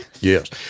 Yes